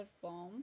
form